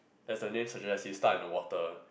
as the name suggest you start in the water